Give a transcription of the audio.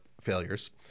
failures